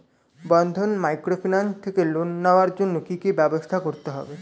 বন্ধন microfinance থেকে loan নেওয়ার জন্য কি কি ব্যবস্থা করতে হবে?